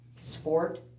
sport